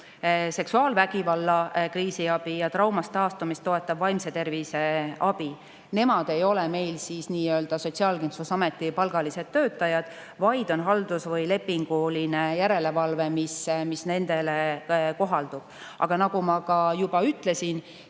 seksuaalvägivalla kriisiabi ja traumast taastumist toetav vaimse tervise abi. Nemad ei ole meil nii-öelda Sotsiaalkindlustusameti palgalised töötajad, vaid on haldus‑ või lepinguline järelevalve, mis nendele kohaldub. Aga nagu ma juba ütlesin,